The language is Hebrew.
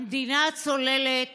המדינה צוללת